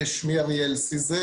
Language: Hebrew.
שמי אריאל סיזל,